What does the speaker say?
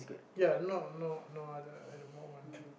ya no no no at the moment